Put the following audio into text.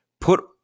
put